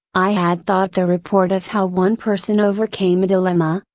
i had thought the report of how one person overcame a dilemma,